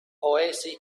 oasis